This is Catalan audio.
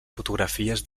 fotografies